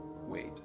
wait